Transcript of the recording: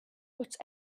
but